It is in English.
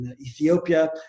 Ethiopia